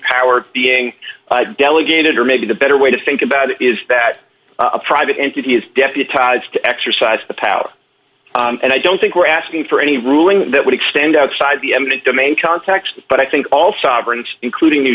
power being delegated or maybe the better way to think about it is that a private entity is deputized to exercise the power and i don't think we're asking for any ruling that would extend outside the eminent domain context but i think all sovereigns including new